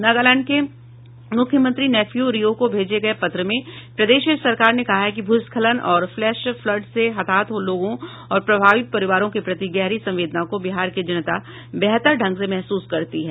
नागालैंड के मुख्यमंत्री नेफ्यू रियो को भेजे गये पत्र में प्रदेश सरकार ने कहा है कि भूस्खलन और फ्लैश फ्लड से हताहत लोगों और प्रभावित परिवारों के प्रति गहरी संवेदना को बिहार की जनता बेहतर ढंग से महसूस करती है